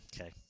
Okay